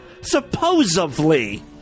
Supposedly